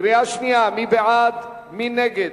קריאה שנייה, מי בעד, מי נגד?